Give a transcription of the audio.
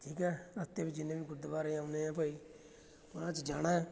ਠੀਕ ਹੈ ਰਸਤੇ ਵਿੱਚ ਜਿੰਨੇ ਵੀ ਗੁਰਦੁਆਰੇ ਆਉਂਦੇ ਆ ਭਾਈ ਉਹਨਾਂ 'ਚ ਜਾਣਾ